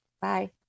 Bye